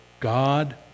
God